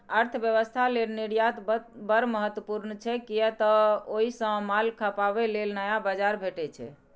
अर्थव्यवस्था लेल निर्यात बड़ महत्वपूर्ण छै, कियै तं ओइ सं माल खपाबे लेल नया बाजार भेटै छै